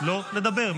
לא לדבר.